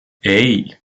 hey